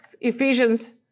Ephesians